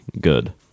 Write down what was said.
good